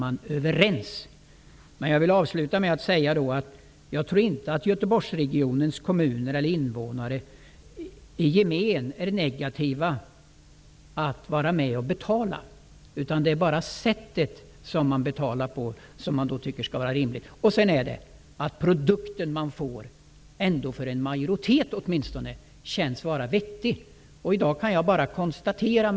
Avslutningsvis vill jag säga att jag inte tror att Göteborgsregionens kommuner eller invånare i gemen är negativa till att vara med och betala. Det är sättet man betalar på som måste vara rimligt. Och den produkt man får måste åtminstone för en majoritet kännas vettig.